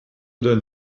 dein